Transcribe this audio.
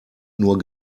nur